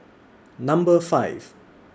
Number five